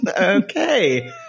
Okay